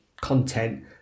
content